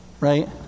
right